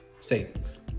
savings